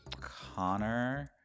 Connor